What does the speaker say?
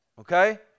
Okay